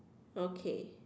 okay